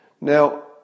Now